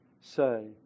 say